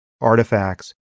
artifacts